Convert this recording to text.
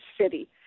city